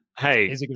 Hey